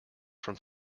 from